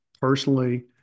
Personally